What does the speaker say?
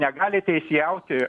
negali teisėjauti